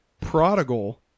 Prodigal